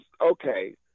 okay